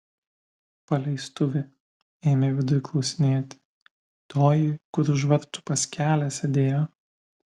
paleistuvė ėmė viduj klausinėti toji kur už vartų pas kelią sėdėjo